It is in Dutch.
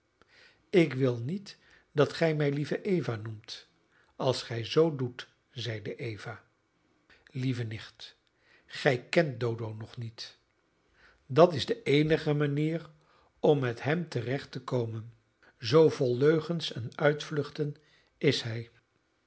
ik wil niet dat ge mij lieve eva noemt als gij zoo doet zeide eva lieve nicht gij kent dodo nog niet dat is de eenige manier om met hem te recht te komen zoo vol leugens en uitvluchten is hij